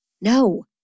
no